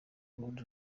urundi